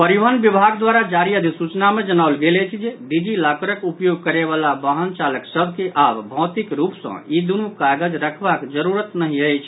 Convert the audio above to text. परिवहन विभाग द्वारा जारी अधिसूचना मे जनाओल गेल अछि जे डिजी लॉकरक उपयोग करयवला वाहन चालक सभ के आब भौतिक रूप सँ ई दुनू कागज रखबाक जरूरत नहि अछि